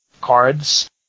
cards